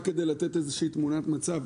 רק כדי לתת איזושהי תמונת מצב,